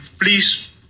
please